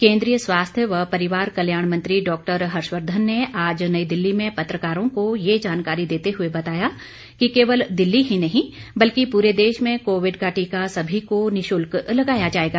केंद्रीय स्वास्थ्य व परिवार कल्याण मंत्री डॉक्टर हर्षवर्धन ने आज नई दिल्ली में पत्रकारों को ये जानकारी देते हुए बताया कि केवल दिल्ली ही नहीं बल्कि पूरे देश में कोविड का टीका सभी को निशुल्क लगाया जाएगा